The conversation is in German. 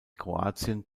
kroatien